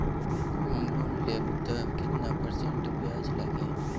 हम लोन लेब त कितना परसेंट ब्याज लागी?